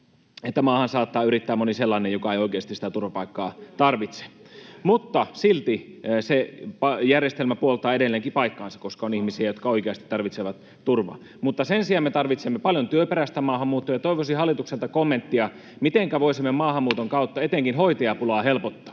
maahan saattaa yrittää moni sellainen, joka ei oikeasti sitä turvapaikkaa tarvitse. Mutta silti se järjestelmä puoltaa edelleenkin paikkaansa, koska on ihmisiä, jotka oikeasti tarvitsevat turvaa. Mutta sen sijaan me tarvitsemme paljon työperäistä maahanmuuttoa, ja toivoisin hallitukselta kommenttia, mitenkä voisimme maahanmuuton kautta etenkin hoitajapulaa helpottaa.